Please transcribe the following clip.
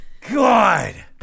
God